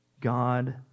God